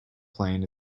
plain